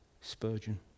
Spurgeon